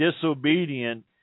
disobedient